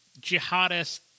jihadist